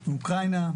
מאוקראינה,